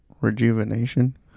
Rejuvenation